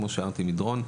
כמו שאמרתי מדרון.